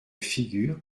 figures